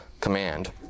command